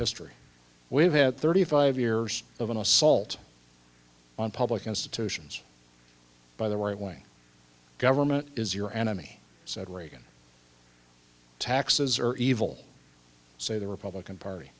history we've had thirty five years of an assault on public institutions by the right way government is your enemy said reagan taxes are evil say the republican party